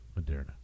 Moderna